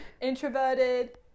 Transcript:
introverted